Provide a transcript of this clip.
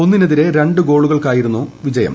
ഒന്നിനെതിരേ രണ്ട് ഗോളുകൾക്കായിരുന്നു ജയം